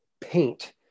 paint